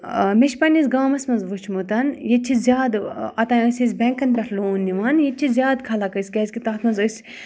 مےٚ چھِ پنٛںِس گامَس منٛز وٕچھمُت ییٚتہِ چھِ زیادٕ اوٚتام ٲسۍ أسۍ بٮ۪نٛکَن پٮ۪ٹھ لون نِوان ییٚتہِ چھِ زیادٕ خلق أسۍ کیٛازِکہِ تَتھ منٛز أسۍ